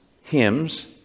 hymns